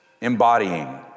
embodying